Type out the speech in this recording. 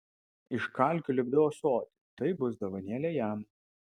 iš kalkių lipdau ąsotį tai bus dovanėlė jam